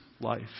life